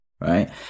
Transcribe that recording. right